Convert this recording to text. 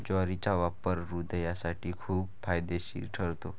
ज्वारीचा वापर हृदयासाठी खूप फायदेशीर ठरतो